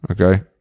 Okay